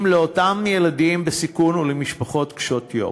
לאותם ילדים בסיכון ולמשפחות קשות יום.